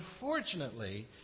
unfortunately